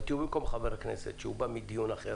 אבל תהיו במקום חבר כנסת שבא מדיון אחר,